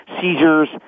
seizures